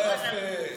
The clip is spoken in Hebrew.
לא יפה.